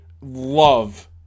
love